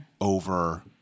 over